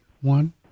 One